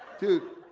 dude,